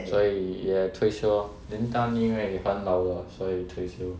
所以也退休 then danni 也蛮老了所以退休